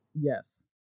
yes